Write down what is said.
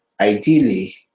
Ideally